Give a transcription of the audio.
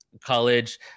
college